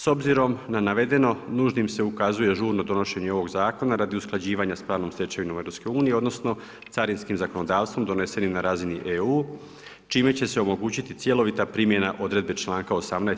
S obzirom na navedeno, nužnim se ukazuje žurno donošenje ovog zakona radi usklađivanja s pravnom stečevinom EU odnosno carinskim zakonodavstvom donesenim na razini EU, čime će se omogućiti cjelovita primjena odredbe članka 18.